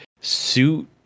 suit